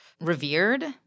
revered